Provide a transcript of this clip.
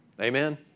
Amen